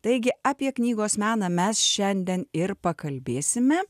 taigi apie knygos meną mes šiandien ir pakalbėsime